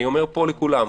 אני אומר פה לכולם,